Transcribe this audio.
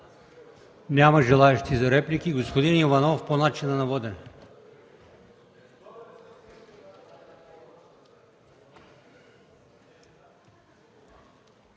Няма желаещи за реплики. Господин Иванов – по начина на водене.